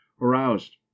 aroused